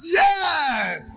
yes